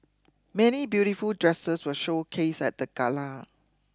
many beautiful dresses were showcased at the gala